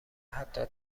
حتی